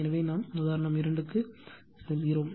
எனவே நான் உதாரணம் 2 க்கு செல்லுங்கள்